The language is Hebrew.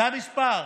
זה המספר.